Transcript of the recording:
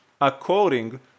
according